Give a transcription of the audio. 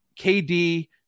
KD